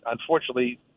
unfortunately